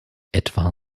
etwa